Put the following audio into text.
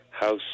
house